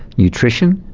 nutrition,